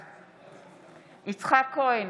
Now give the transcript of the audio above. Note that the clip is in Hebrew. בעד יצחק כהן,